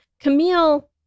Camille